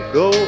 go